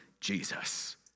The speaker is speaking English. Jesus